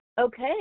okay